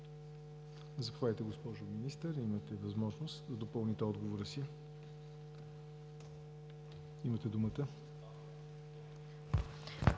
Заповядайте, госпожо Министър, имате възможност да допълните отговора си. Имате думата.